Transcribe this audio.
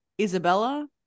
Isabella